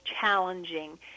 challenging